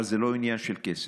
אבל זה לא עניין של כסף,